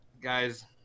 guys